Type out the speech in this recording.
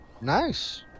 Nice